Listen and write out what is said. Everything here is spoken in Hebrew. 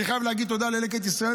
אני חייב להגיד תודה ללקט ישראל,